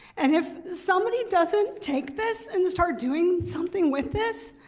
and if somebody doesn't take this and start doing something with this,